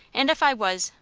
and if i was,